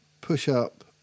push-up